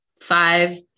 five